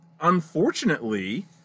unfortunately